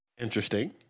Interesting